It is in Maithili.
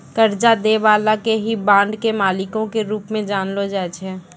कर्जा दै बाला के ही बांड के मालिको के रूप मे जानलो जाय छै